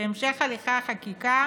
שהמשך הליכי החקיקה